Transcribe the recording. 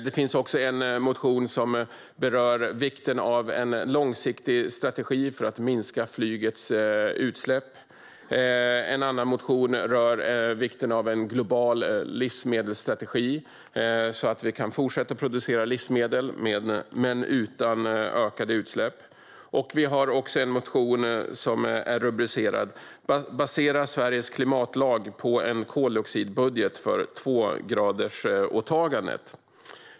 Det finns också en motion som berör vikten av en långsiktig strategi för att minska flygets utsläpp. En annan motion rör vikten av en global livsmedelsstrategi så att vi kan fortsätta producera livsmedel men utan ökade utsläpp. Det finns också en motion som är rubricerad Basera Sveriges klimatlag på en koldioxidbudget för tvågradersåtagandet .